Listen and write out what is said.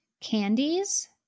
candies